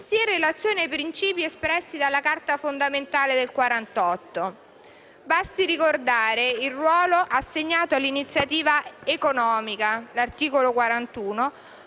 sia in relazione ai principi espressi dalla Carta costituzionale del 1948. Basti ricordare il ruolo assegnato all'iniziativa economica (articolo 41)